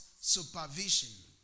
supervision